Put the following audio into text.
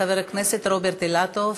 חבר הכנסת רוברט אילטוב.